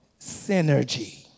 synergy